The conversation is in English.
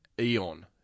eon